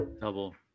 double